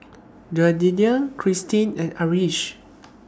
Jaidyn Cristin and Arish